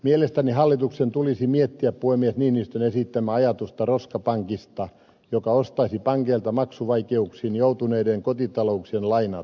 mielestäni hallituksen tulisi miettiä puhemies niinistön esittämää ajatusta roskapankista joka ostaisi pankeilta maksuvaikeuksiin joutuneiden kotitalouksien lainat